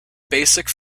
basic